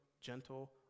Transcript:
gentle